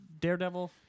Daredevil